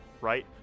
right